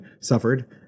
suffered